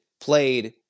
played